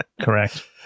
Correct